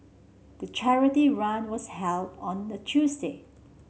the charity run was held on a Tuesday